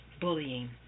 bullying